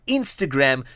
Instagram